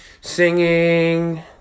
singing